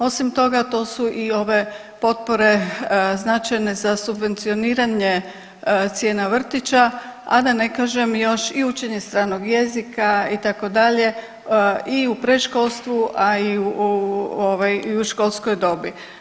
Osim toga to su i ove potpore značajne za subvencioniranje cijena vrtića, a da ne kažem još i učenje stranog jezika itd. i u predškolstvu, a i u ovaj i u školskoj dobi.